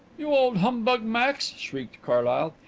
you old humbug, max! shrieked carlyle,